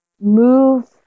move